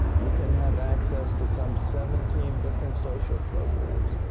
you can have access to some seventeen different social programs.